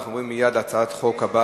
אנחנו עוברים להצבעה על הצעת החוק הבאה.